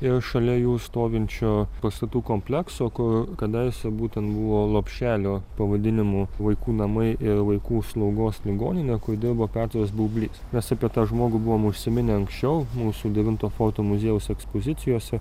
ir šalia jų stovinčio pastatų komplekso kur kadaise būtent buvo lopšelio pavadinimu vaikų namai ir vaikų slaugos ligoninė kur dirbo petras baublys mes apie tą žmogų buvom užsiminę anksčiau mūsų devinto forto muziejaus ekspozicijose